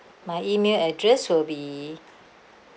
my email address will be